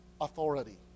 authority